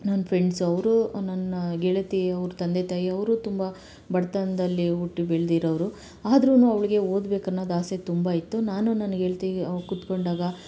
ನನ್ನ ಫ್ರೆಂಡ್ಸು ಅವರು ನನ್ನ ಗೆಳತಿ ಅವ್ರ ತಂದೆ ತಾಯಿ ಅವರು ತುಂಬ ಬಡತನದಲ್ಲಿ ಹುಟ್ಟ್ ಬೆಳೆದಿರವ್ರು ಆದ್ರೂನೂ ಅವಳಿಗೆ ಓದ್ಬೇಕನ್ನೋ ಆಸೆ ತುಂಬ ಇತ್ತು ನಾನು ನನ್ನ ಗೆಳತಿ ಕೂತ್ಕೊಂಡಾಗ